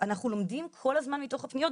אנחנו לומדים כל הזמן מתוך הפניות,